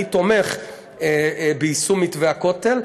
אני תומך ביישום מתווה הכותל.